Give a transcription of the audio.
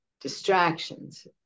distractions